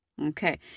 Okay